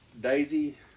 Daisy